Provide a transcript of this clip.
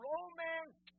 Romance